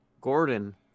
Gordon